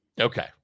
Okay